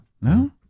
No